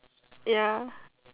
ya